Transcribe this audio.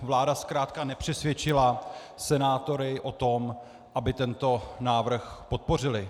Vláda zkrátka nepřesvědčila senátory o tom, aby tento návrh podpořili.